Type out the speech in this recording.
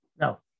no